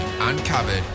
Uncovered